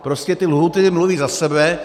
Prostě ty lhůty mluví za sebe.